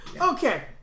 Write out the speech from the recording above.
Okay